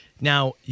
Now